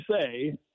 say